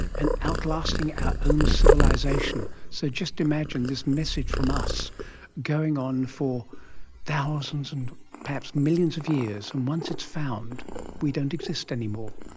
and out-lasting our own civilisation. so just imagine this message from us going on for thousands and perhaps millions of years, and once it's found we don't exist anymore.